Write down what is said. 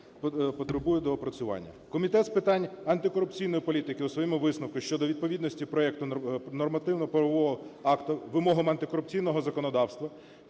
потребує доопрацювання. Комітет з питань антикорупційної політики у своєму висновку щодо відповідності проекту нормативно-правового акту вимогам антикорупційного законодавства